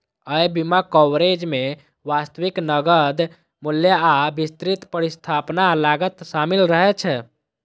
अय बीमा कवरेज मे वास्तविक नकद मूल्य आ विस्तृत प्रतिस्थापन लागत शामिल रहै छै